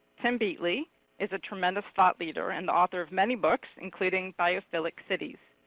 tim beatley is a tremendous thought leader, and the author of many books, including biophilic cities.